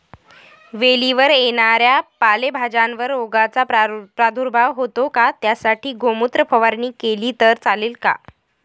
वेलीवर येणाऱ्या पालेभाज्यांवर रोगाचा प्रादुर्भाव होतो का? त्यासाठी गोमूत्र फवारणी केली तर चालते का?